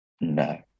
No